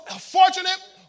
fortunate